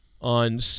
on